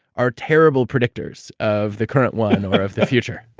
are terrible predictors of the current one or of the future